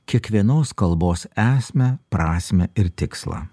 kiekvienos kalbos esmę prasmę ir tikslą